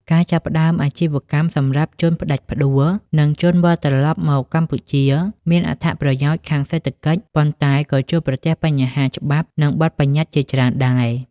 ការចាប់ផ្តើមអាជីវកម្មសម្រាប់ជនផ្ដាច់ផ្ដួល និងជនវិលត្រឡប់មកកម្ពុជាមានអត្ថប្រយោជន៍ខាងសេដ្ឋកិច្ច ប៉ុន្តែក៏ជួបប្រទះបញ្ហាច្បាប់ និងបទប្បញ្ញត្តិជាច្រើនដែរ។